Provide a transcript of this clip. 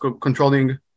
controlling